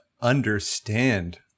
understand